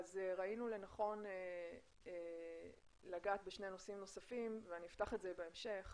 ראינו לנכון לגעת בשני נושאים נוספים ואני אפתח את זה בהמשך